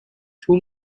too